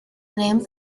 named